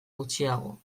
gutxiago